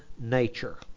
nature